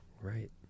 Right